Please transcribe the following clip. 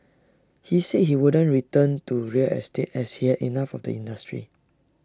he said he wouldn't return to real estate as he had enough of the industry